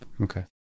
Okay